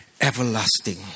everlasting